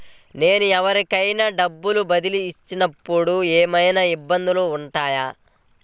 నేను ఎవరికైనా డబ్బులు బదిలీ చేస్తునపుడు ఏమయినా ఇబ్బందులు వుంటాయా?